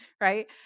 right